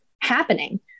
happening